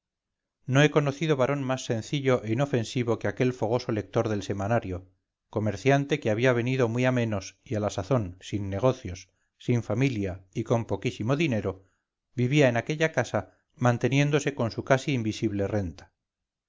no he conocido varón más sencillo e inofensivo que aquel fogoso lector del semanario comerciante que había venido muy a menos y a la sazón sin negocios sin familia y con poquísimo dinero vivía en aquella casa manteniéndose con su casi invisible renta